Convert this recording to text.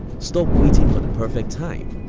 stop waiting for the perfect time.